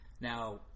Now